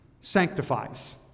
sanctifies